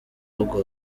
ahubwo